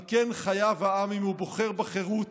על כן חייב העם, אם הוא בוחר בחירות,